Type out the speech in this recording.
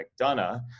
McDonough